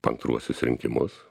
antruosius rinkimus